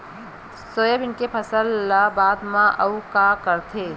Soybean के फसल ल काटे के बाद आऊ का करथे?